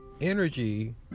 energy